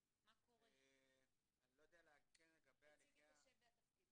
אני סמנכ"ל